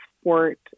sport